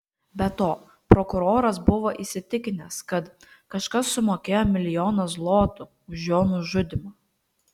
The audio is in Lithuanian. be to prokuroras buvo įsitikinęs kad kažkas sumokėjo milijoną zlotų už jo nužudymą